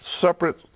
separate